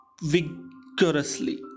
vigorously